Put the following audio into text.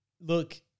Look